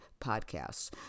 podcasts